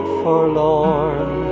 forlorn